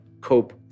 cope